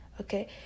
okay